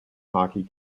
hockey